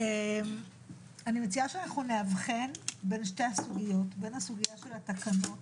אין חולק שהמצב שבו הדברים לא בוצעו לא תקין,